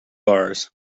bars